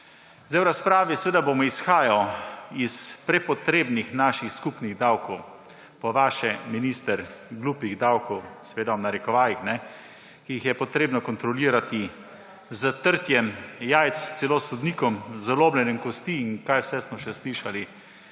V razpravi bom izhajal iz naših prepotrebnih skupnih davkov, po vaše, minister, »glupih« davkov, seveda v narekovajih, ki jih je potrebno kontrolirati s trenjem jajc celo sodnikom, z lomljenjem kosti, in kaj vse smo še slišali,